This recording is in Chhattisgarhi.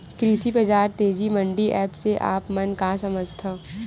कृषि बजार तेजी मंडी एप्प से आप मन का समझथव?